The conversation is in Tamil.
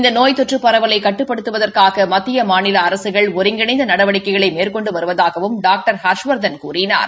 இந்த நோய் தொற்று பரவலை கட்டுப்படுத்துதற்காக மத்திய மாநில அரசுகள் ஒருங்கிணைந்த நடவடிக்கைகளை மேற்கொண்டு வருவதாகவும் டாக்டர் ஹாஷவாதன் கூறினார்